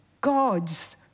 God's